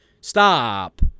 Stop